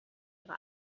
ihre